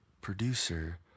producer